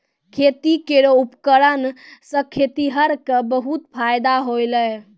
खेती केरो उपकरण सें खेतिहर क बहुत फायदा होलय